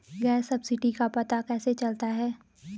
Gas subsidy का पता कैसे चलता है?